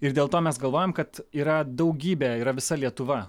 ir dėl to mes galvojam kad yra daugybė yra visa lietuva